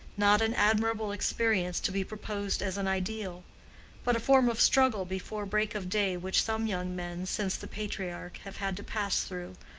not an admirable experience, to be proposed as an ideal but a form of struggle before break of day which some young men since the patriarch have had to pass through,